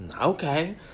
Okay